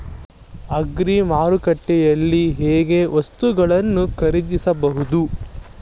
Agri ಮಾರುಕಟ್ಟೆಯಲ್ಲಿ ಹೇಗೆ ವಸ್ತುಗಳನ್ನು ಖರೀದಿಸಬಹುದು?